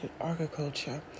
agriculture